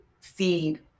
feed